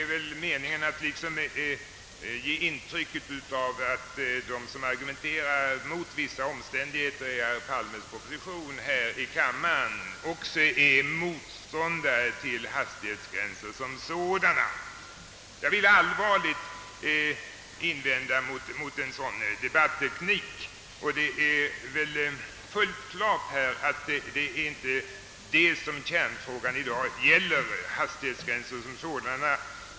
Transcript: Avsikten var väl att ge intrycket att de som här i kammaren argumenterar mot vissa delar av herr Palmes proposition också är motståndare till hastighetsgränser som sådana. Jag vill allvarligt protestera mot en sådan debatteknik. Det är väl fullt klart att det inte är hastighetsbegränsningar som sådana som frågan i dag gäller.